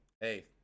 hey